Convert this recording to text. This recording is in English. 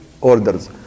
orders